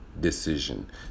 decision